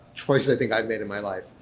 choice i think i made in my life.